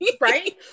Right